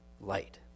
light